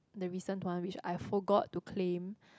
the recent one which I forgot to claim